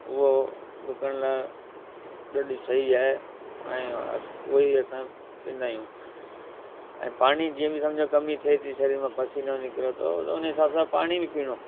उहो डुकण लाइ ॾाढो सही आहे ऐं उहो ई असां पीअंदा आहियूं ऐं पाणी जीअं बि सम्झो कमी थिए थी शरीर में पसीनो निकिरे थो उन हिसाब सां पाणी बि पीअणो